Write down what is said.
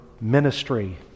ministry